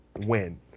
win